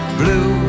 blue